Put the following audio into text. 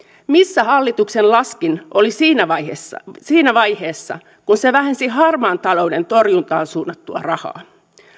missä hallituksen laskin oli siinä vaiheessa siinä vaiheessa kun se vähensi harmaan talouden torjuntaan suunnattua rahaa